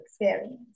experience